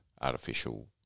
artificial